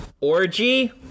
Orgy